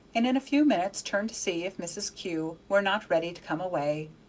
and in a few minutes turned to see if mrs. kew were not ready to come away,